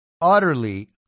utterly